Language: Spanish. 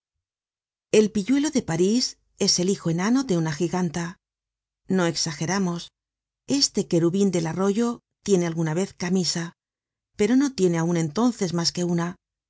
el pilluelo de parís es el hijo enano de una giganta no exageramos este querubin del arroyo tiene alguna vez camisa pero no tiene aun entonces mas que una